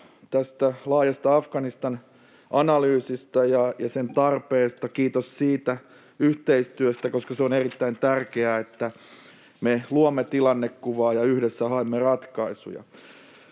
tästä laajasta Afganistan-analyysistä ja sen tarpeesta. Kiitos siitä yhteistyöstä, koska se on erittäin tärkeää, että me luomme tilannekuvaa ja yhdessä haemme ratkaisuja.